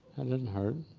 didn't hurt.